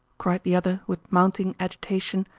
cried the other, with mounting agitation.